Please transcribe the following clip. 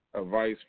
advice